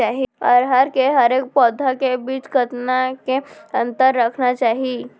अरहर के हरेक पौधा के बीच कतना के अंतर रखना चाही?